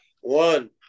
one